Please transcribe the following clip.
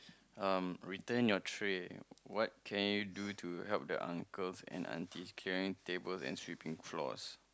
um return your tray what can you do to help the uncle and aunties clearing tables and sweeping floors